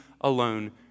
alone